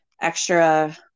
extra